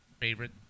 favorite